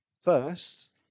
First